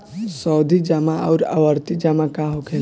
सावधि जमा आउर आवर्ती जमा का होखेला?